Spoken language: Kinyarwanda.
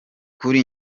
kuri